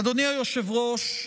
אדוני היושב-ראש,